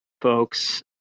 folks